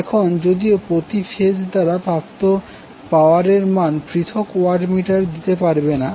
এখন যদিও প্রতি ফেজ দ্বারা প্রাপ্ত পাওয়ার এর মান পৃথক ওয়াট মিটার দিতে পারবে না